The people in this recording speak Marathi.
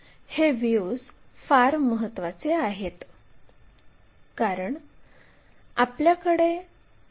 हा थीटा कोन 46 डिग्री आहे